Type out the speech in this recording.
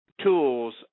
tools